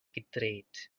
gedreht